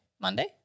Monday